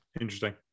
Interesting